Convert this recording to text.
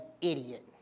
idiot